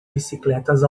bicicletas